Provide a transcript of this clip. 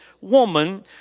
woman